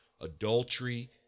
adultery